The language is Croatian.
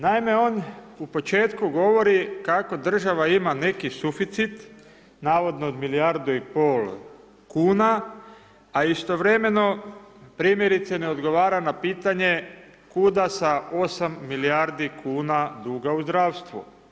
Naime, on u početku govori kako država ima neki suficit, navodno od 1,5 milijardu kuna, a istovremeno primjerice ne odgovara na pitanje kuda sa 8 milijardi kuna duga u zdravstvu.